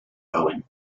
owen